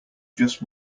just